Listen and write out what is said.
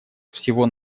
всего